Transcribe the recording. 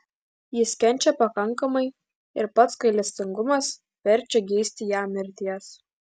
jis kenčia pakankamai ir pats gailestingumas verčia geisti jam mirties